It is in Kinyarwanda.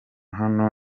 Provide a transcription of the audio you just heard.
hano